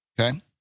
Okay